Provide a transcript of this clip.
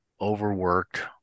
overworked